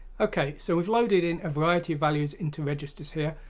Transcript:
okay! so we've loaded in a variety of values into registers here,